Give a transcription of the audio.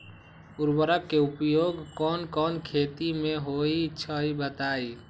उर्वरक के उपयोग कौन कौन खेती मे होई छई बताई?